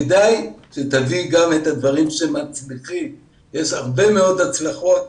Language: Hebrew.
כדאי שתביא גם את הדברים שמצליחים ויש הרבה מאוד הצלחות.